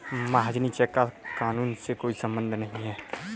महाजनी चेक का कानून से कोई संबंध नहीं है